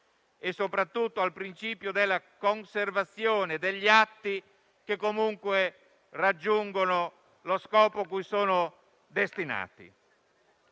e, soprattutto, al principio della conservazione degli atti che comunque raggiungono lo scopo cui sono destinati.